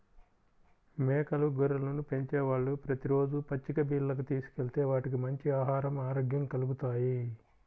మేకలు, గొర్రెలను పెంచేవాళ్ళు ప్రతి రోజూ పచ్చిక బీల్లకు తీసుకెళ్తే వాటికి మంచి ఆహరం, ఆరోగ్యం కల్గుతాయి